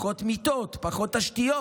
פחות מיטות, פחות תשתיות,